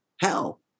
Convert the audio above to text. Hell